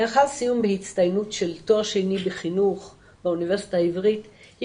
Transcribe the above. לאחר סיום בהצטיינות של תואר שני בחינוך באוניברסיטה העברית היא